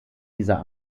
dieser